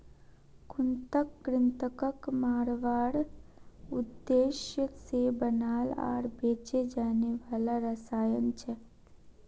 कृंतक कृन्तकक मारवार उद्देश्य से बनाल आर बेचे जाने वाला रसायन छे